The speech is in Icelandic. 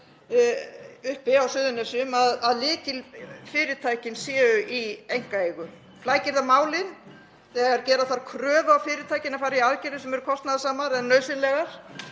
uppi á Suðurnesjum að lykilfyrirtækin séu í einkaeigu? Flækir það málin þegar gera þarf kröfu á fyrirtækin að fara í aðgerðir sem eru kostnaðarsamar en nauðsynlegar?